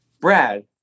Brad